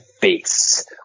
face